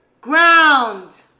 ground